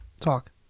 Talk